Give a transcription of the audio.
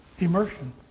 Immersion